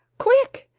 quick!